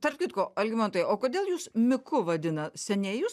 tarp kitko algimantai o kodėl jus miku vadina seniai jus